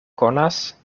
konas